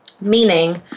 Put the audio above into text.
Meaning